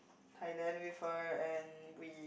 Thailand with her and we